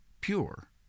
pure